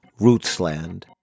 Rootsland